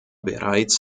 bereits